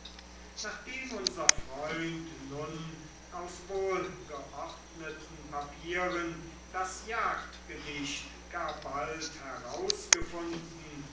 nachdem unser freund nun aus wohlgeordneten papieren das jagdgedicht gar bald herausgefunden